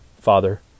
Father